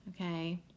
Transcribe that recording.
okay